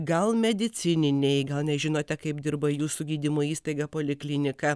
gal medicininiai gal nežinote kaip dirba jūsų gydymo įstaiga poliklinika